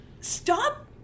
Stop